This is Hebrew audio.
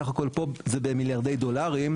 סך הכל פה זה במיליארדי דולרים,